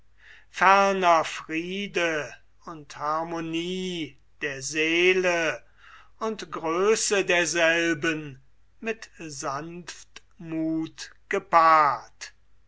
friede und harmonie der seele und größe derselben mit sanftmuth gepaart